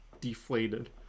Deflated